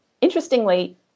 Interestingly